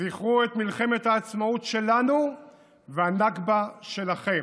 זכרו את מלחמת העצמאות שלנו והנכבה שלכם.